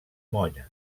molla